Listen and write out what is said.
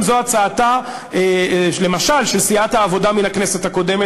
זו למשל הצעתה של סיעת העבודה מן הכנסת הקודמת.